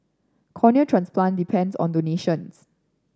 cornea transplant depends on donations